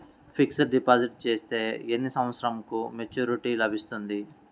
Fixed deposit చేస్తే ఎన్ని సంవత్సరంకు మెచూరిటీ లభిస్తుంది?